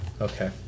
Okay